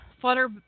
Flutter